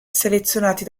selezionati